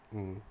mm